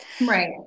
Right